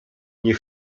nie